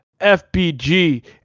FBG